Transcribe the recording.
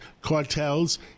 cartels